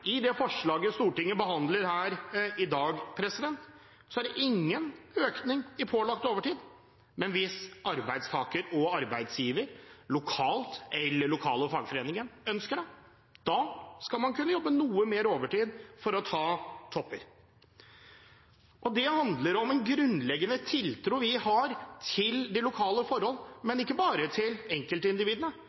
I det forslaget Stortinget behandler her i dag, er det ingen økning i pålagt overtid, men hvis arbeidstaker og arbeidsgiver lokalt eller lokale fagforeninger ønsker det, skal man kunne jobbe noe mer overtid for å ta topper. Det handler om den grunnleggende tiltroen vi har til lokale forhold, ikke bare til enkeltindividene,